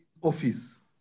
office